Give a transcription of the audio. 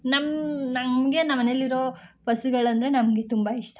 ನಮ್ಮ ನಮಗೆ ನಮ್ಮ ಮನೆಲ್ಲಿರೋ ಪಶುಗಳಂದ್ರೆ ನಮಗೆ ತುಂಬ ಇಷ್ಟ